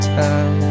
time